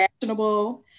fashionable